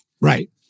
Right